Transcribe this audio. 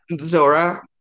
Zora